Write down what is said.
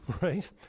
right